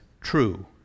true